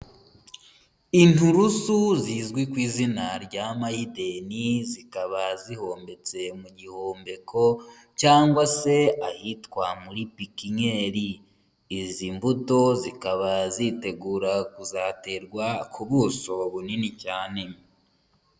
Inturusu zizwi ku izina rya mayideni, zikaba zihombetse mu gihomeko, cyangwa se ahitwa muri pikinnyeri. Izi mbuto zikaba zitegura kuzaterwa ku buso bunini cyane.